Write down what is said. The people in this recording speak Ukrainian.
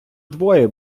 двоє